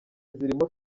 zirimo